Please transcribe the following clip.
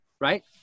right